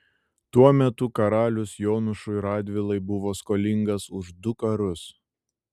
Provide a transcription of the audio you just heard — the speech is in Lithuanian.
tuo metu karalius jonušui radvilai buvo skolingas už du karus